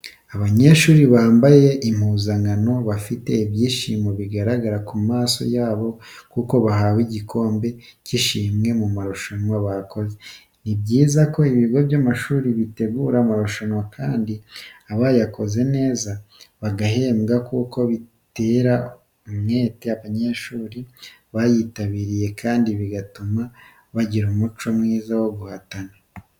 Abanyeshuri bamabaye impuzankano bafite ibyishimo bigaragara ku maso yabo kuko bahawe igikombe cy'ishimwe mu marushanwa bakoze, ni byiza ko ibigo by'amashuri bitegura amarushanwa kandi abayakoze neza bagahembwa kuko bitera umwete abanyeshuri bayitabiriye kandi bigatuma bagira umuco mwiza wo guhatana.